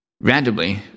randomly